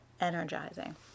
energizing